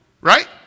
right